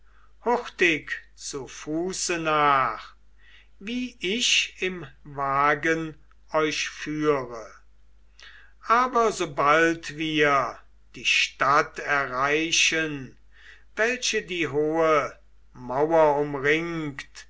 hurtig zu fuße nach wie ich im wagen euch führe aber sobald wir die stadt erreichen welche die hohe mauer umringt